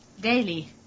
Daily